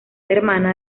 hermana